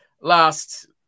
last